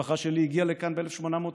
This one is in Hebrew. המשפחה שלי הגיעה לכאן כבר ב-1890.